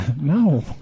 No